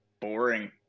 boring